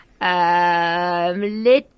Let